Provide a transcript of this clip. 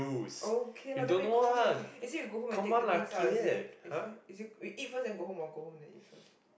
okay lah then we go home and is it you go home and take the things out is it is it is it we eat first then go home or go home then eat first